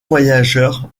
voyageurs